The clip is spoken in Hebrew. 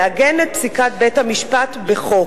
לעגן את פסיקת בית-המשפט בחוק.